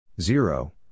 zero